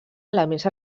elements